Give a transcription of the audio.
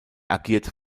agiert